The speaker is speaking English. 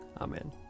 Amen